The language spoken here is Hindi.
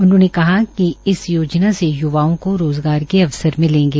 उन्होंने कहा इस योजना से यूवाओं को रोजगार के अवसर मिलेंगे